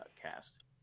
cast